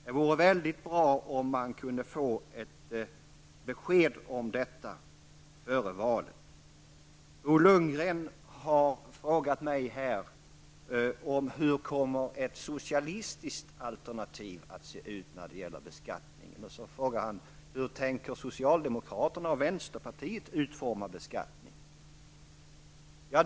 Det vore bra att få besked om det före valet. Bo Lundgren har frågat mig hur ett socialistiskt alternativ kommer att se ut beträffande beskattningen. Han frågar också hur socialdemokraterna och vänsterpartiet tänker utforma beskattningen.